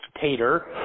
Tater